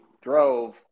drove